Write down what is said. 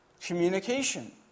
communication